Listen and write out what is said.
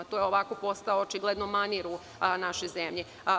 To je postao očigledno manir u našoj zemlji.